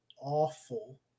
awful